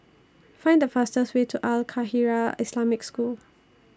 Find The fastest Way to Al Khairiah Islamic School